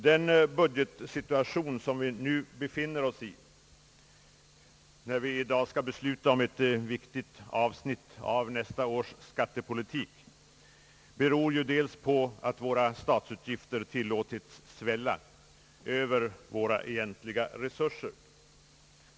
Den budgetsituation, som vi befinner oss i när vi i dag skall besluta om ett viktigt avsnitt av nästa års skattepolitik, beror delvis på att våra statsutgifter tillåtits svälla över våra egentliga resurser.